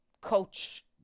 coach